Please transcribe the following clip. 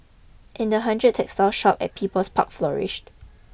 and the hundred textile shops at People's Park flourished